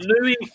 Louis